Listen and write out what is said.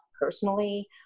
personally